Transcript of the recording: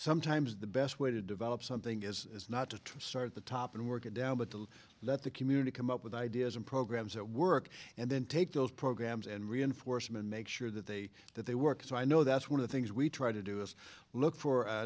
sometimes the best way to develop something is it's not to start at the top and work it down but to let the community come up with ideas and programs that work and then take those programs and reinforcement make sure that they that they work so i know that's one of the things we try to do is look for